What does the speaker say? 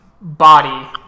body